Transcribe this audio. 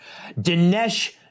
Dinesh